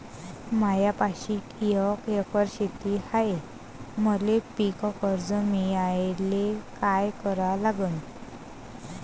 मायापाशी एक एकर शेत हाये, मले पीककर्ज मिळायले काय करावं लागन?